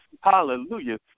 Hallelujah